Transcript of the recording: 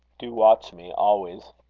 do watch me always.